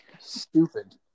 Stupid